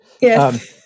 Yes